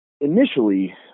initially